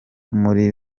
muri